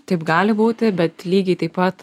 taip gali būti bet lygiai taip pat